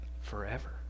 forever